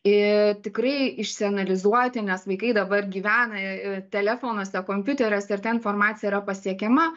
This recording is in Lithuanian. ir tikrai išsianalizuoti nes vaikai dabar gyvena telefonuose kompiuteriuose ir ten informacija yra pasiekiama